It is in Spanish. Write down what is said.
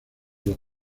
las